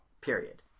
Period